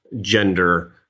gender